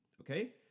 Okay